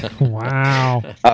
Wow